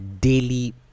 daily